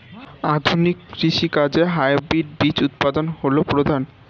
আধুনিক কৃষি কাজে হাইব্রিড বীজ উৎপাদন হল প্রধান